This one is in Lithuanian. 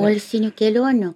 poilsinių kelionių